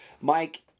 Mike